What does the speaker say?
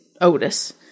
Otis